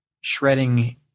shredding